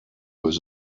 was